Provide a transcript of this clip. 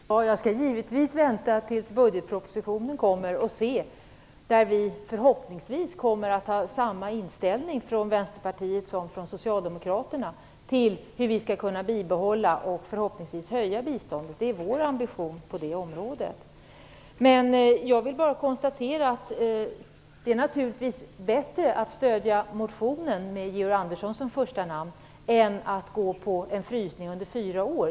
Fru talman! Ja, jag skall givetvis vänta till budgetpropositionen kommer. Förhoppningsvis kommer vi i Vänsterpartiet att ha samma inställning som Socialdemokraterna till hur vi skall kunna bibehålla eller förhoppningsvis höja biståndet. Det är vår ambition på området. Men jag vill bara konstatera att det naturligtvis är bättre att stödja motionen med Georg Andersson som första namn än att godta en frysning under fyra år.